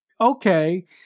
okay